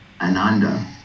Ananda